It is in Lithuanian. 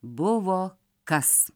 buvo kas